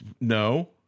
No